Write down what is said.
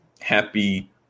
Happy